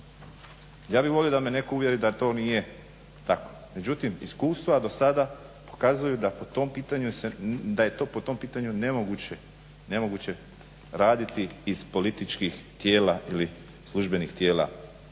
Ja bih volio da me netko uvjeri da to nije tako. Međutim, iskustva do sada pokazuju da po tom pitanju se, da je to po tom pitanju nemoguće raditi iz političkih tijela ili službenih tijela